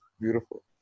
beautiful